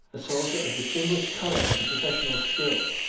a soldier of distinguished courage and professional skill,